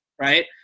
right